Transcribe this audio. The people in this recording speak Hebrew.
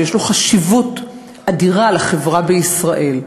שיש לו חשיבות אדירה לחברה בישראל,